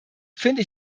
finde